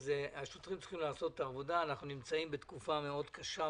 השוטרים צריכים לעשות את העבודה; אנחנו נמצאים בתקופה מאוד קשה,